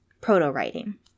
proto-writing